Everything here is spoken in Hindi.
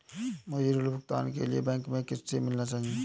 मुझे ऋण भुगतान के लिए बैंक में किससे मिलना चाहिए?